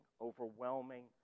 overwhelming